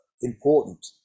important